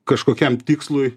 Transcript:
kažkokiam tikslui